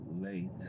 late